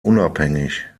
unabhängig